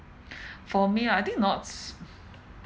for me I think knots